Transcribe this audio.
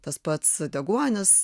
tas pats deguonis